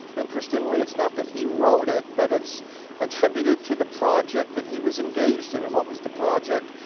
interestingly, it's not that he wrote it, but it's attributed to the project that he was engaged in. and what was the project?